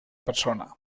persona